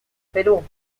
perú